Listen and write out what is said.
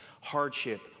hardship